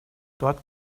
dort